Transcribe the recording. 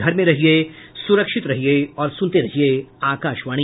घर में रहिये सुरक्षित रहिये और सुनते रहिये आकाशवाणी